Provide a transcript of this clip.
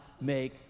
make